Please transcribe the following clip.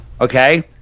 Okay